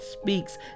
speaks